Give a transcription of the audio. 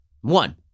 One